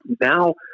Now